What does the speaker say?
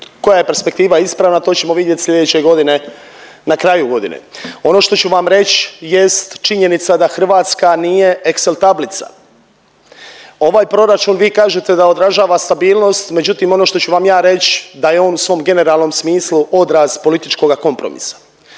koja je perspektiva ispravna to ćemo vidjet slijedeće godine na kraju godine. Ono što ću vam reć jest činjenica da Hrvatska nije Excel tablica. Ovaj proračun vi kažete da odražava stabilnost, međutim ono što ću vam ja reć da je on u svom generalnom smislu odraz političkoga kompromisa.